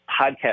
podcast